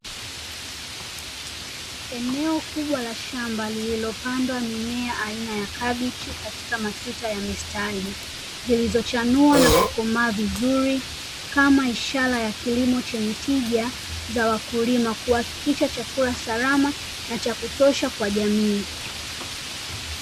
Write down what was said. Eneo kubwa la shamba lililopandwa mimea aina ya kabichi katika matuta ya mistari, zilizochanua na kukomaa vizuri kama ishara ya kilimo chenye tija za wakulima kuhakikisha chakula salama na cha kutosha kwa jamii.